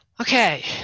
Okay